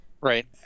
Right